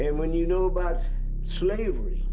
and when you know about slavery